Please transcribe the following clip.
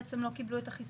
בארץ הם קבלו את החיסון?